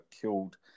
killed